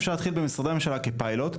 אפשר להתחיל במשרדי הממשלה כפיילוט,